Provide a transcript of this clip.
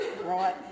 Right